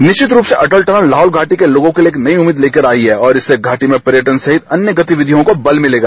निश्चित रूप से अटल टनल लाहौल घाटी के लोगों के लिए एक नई उम्मीद लेकर आई है और इससे घाटी में पर्यटन सहित अन्य गतिविधियों को बल मिलेगा